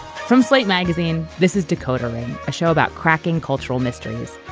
from slate magazine, this is decoder ring, a show about cracking cultural mysteries.